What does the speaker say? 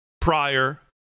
prior